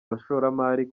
abashoramari